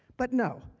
but no.